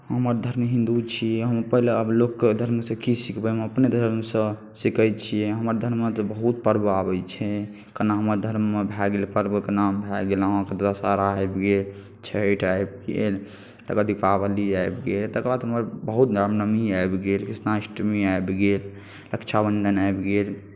हमर धर्म हिंदू छी हम पहिले लोकके धर्मसँ की सिखबै हम अपने धर्मसँ सीखैत छियै हमर धर्ममे तऽ बहुत पर्व आबै छै केना हमर धर्ममे भए गेल पर्वक नाम भए गेल अहाँकेँ दशहरा आबि गेल छठि आबि गेल तकर बाद दीपावली आबि गेल तकर बाद हमर बहुत रामनवमी आबि गेल कृष्णाष्टमी आबि गेल रक्षाबन्धन आबि गेल